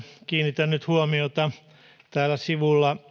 kiinnitän nyt huomiota kertomuksen sivulla